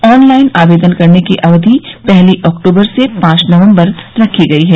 on line आवेदन करने की अवधि पहली अक्टूबर से पांच नवम्बर रखी गई है